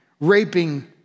raping